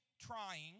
trying